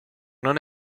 non